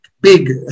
big